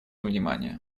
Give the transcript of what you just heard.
внимание